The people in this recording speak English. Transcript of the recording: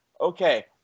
Okay